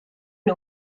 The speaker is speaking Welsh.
nhw